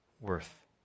worth